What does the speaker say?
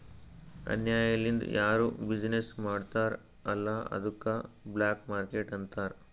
ಅನ್ಯಾಯ ಲಿಂದ್ ಯಾರು ಬಿಸಿನ್ನೆಸ್ ಮಾಡ್ತಾರ್ ಅಲ್ಲ ಅದ್ದುಕ ಬ್ಲ್ಯಾಕ್ ಮಾರ್ಕೇಟ್ ಅಂತಾರ್